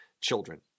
children